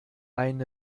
ein